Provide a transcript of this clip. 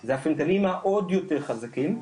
זה הפנטניל העוד יותר חזקים,